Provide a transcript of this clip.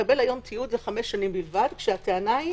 מקבל היום תיעוד לחמש שנים בלבד והטענה היא